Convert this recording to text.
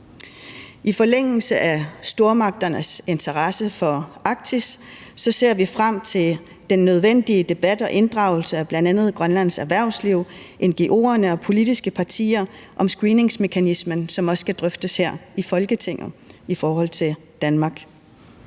I forlængelse af stormagternes interesse for Arktis ser vi frem til den nødvendige debat og inddragelse af bl.a. Grønlands erhvervsliv, ngo'erne og politiske partier om screeningsmekanismen, som også skal drøftes her i Folketinget, i forhold til Danmark.